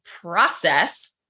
process